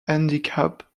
handicap